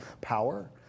power